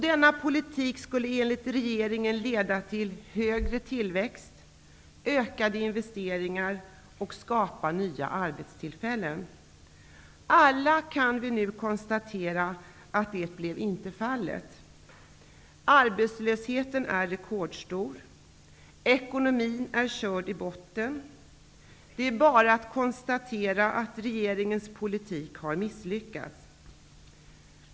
Denna politik skulle enligt regeringen leda till högre tillväxt och ökade investeringar samt skapa nya arbetstillfällen. Vi kan nu alla konstatera att det inte blev så. Arbetslösheten är rekordstor. Ekonomin är körd i botten. Det är bara att konstatera att regeringens politik har misslyckats.